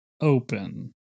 Open